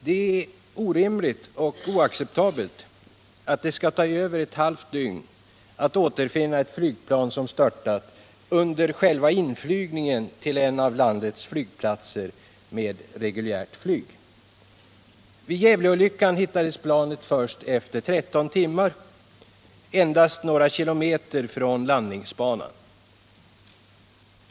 Det är orimligt och oacceptabelt att det skall ta över ett halvt dygn att återfinna ett flygplan som störtat under själva inflygningen till en av landets flygplatser med reguljärt flyg. Vid Gävleolyckan hittades planet först efter 13 timmar, endast några kilometer från landningsbanan.